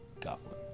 goblin